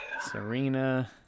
Serena